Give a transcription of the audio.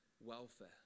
welfare